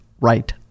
right